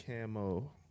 camo